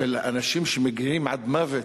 של אנשים שמגיעים עד מוות,